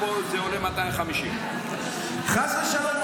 פה זה עולה 250,000. חס ושלום,